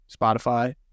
Spotify